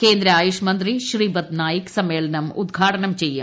കേന്ദ്ര ആയുഷ് മന്ത്രി ശ്രീപദ് നായിക് സമ്മേളനം ഉദ്ഘാടനം ചെയ്യും